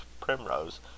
primrose